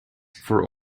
for